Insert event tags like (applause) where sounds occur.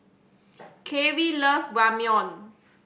(noise) Kerrie love Ramyeon